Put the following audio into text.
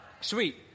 Sweet